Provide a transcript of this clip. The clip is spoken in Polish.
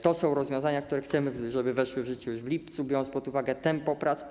To są rozwiązania, które chcemy, żeby weszły w życie już w lipcu, biorąc pod uwagę tempo prac.